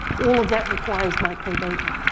all of that requires microdata.